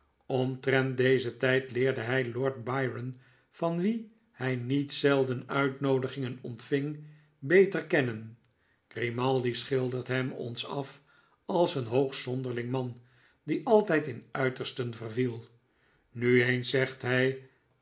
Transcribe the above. omtrent dezen tijd leerde hij lord byron van wien hij niet zelden uitnoodigingen ontving beter kennen grimaldi schildert hem ons af als een hoogst zonderling man die altijd in uitersten verviel nu eens zegt hij